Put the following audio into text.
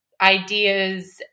ideas